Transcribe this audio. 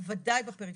בוודאי בפריפריה.